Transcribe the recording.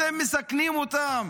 אתם מסכנים אותם.